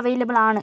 available ആണ്